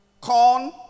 corn